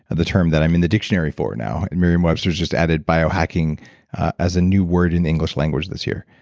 and the term that i'm in the dictionary for now. and miriam webster's just added biohacking as a new word in the english language this year.